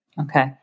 Okay